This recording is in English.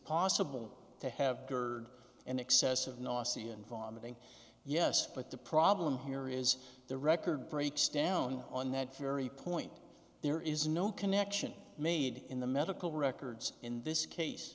possible to have gerd and excessive nausea and vomiting yes but the problem here is the record breaks down on that very point there is no connection made in the medical records in this case